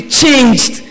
changed